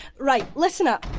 right, listen up,